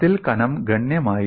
മതിൽ കനം ഗണ്യമായി